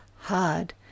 hard